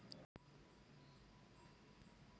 अकरा हजार चौरस फुट जागेसाठी मले कितीक कर्ज भेटू शकते?